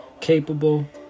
capable